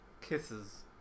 Kisses